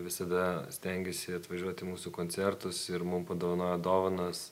visada stengiasi atvažiuoti į mūsų koncertus ir mums padovanoja dovanas